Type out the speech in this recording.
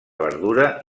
verdura